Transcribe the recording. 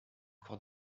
cour